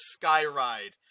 Skyride